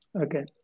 Okay